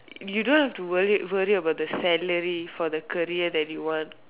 you don't have to worry worry about the salary for the career that you want